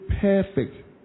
perfect